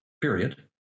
period